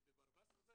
בברווז כזה